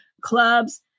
clubs